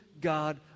God